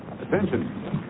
Attention